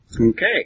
Okay